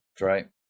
right